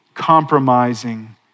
compromising